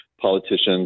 politicians